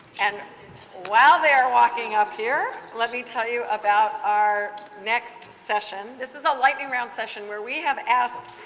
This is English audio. and while they are walking up here, let me tell you about our next session. this is a lightning round session where we have asked.